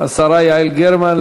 השרה יעל גרמן,